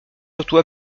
surtout